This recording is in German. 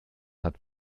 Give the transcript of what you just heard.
hat